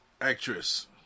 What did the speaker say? actress